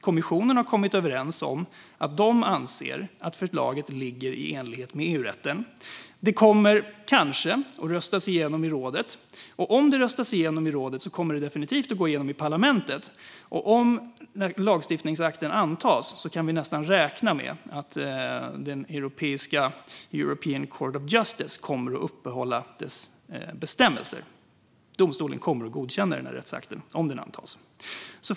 Kommissionen har kommit överens om att de anser att förslaget är i enlighet med EUrätten. Det kommer kanske att röstas igenom i rådet. Om det röstas igenom i rådet kommer det definitivt att gå igenom i parlamentet. Om lagstiftningsakten antas kan vi nästan räkna med att Court of Justice of the European Union kommer att upprätthålla bestämmelserna. Domstolen kommer att godkänna rättsakten - om den antas.